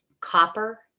copper